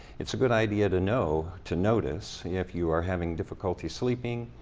it's a good idea to know, to notice, if you are having difficulty sleeping,